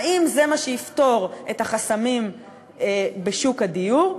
האם זה מה שיפתור את החסמים בשוק הדיור?